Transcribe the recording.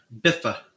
Biffa